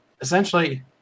Essentially